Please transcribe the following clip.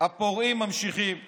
הפורעים ממשיכים כרגיל.